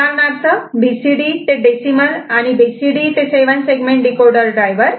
उदाहरणार्थ बीसीडी ते डेसिमल आणि बीसीडी ते 7 सेगमेंट डीकोडर ड्रायव्हर